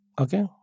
Okay